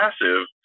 massive